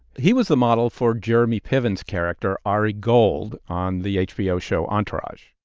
he was the model for jeremy piven's character ari gold on the hbo show entourage.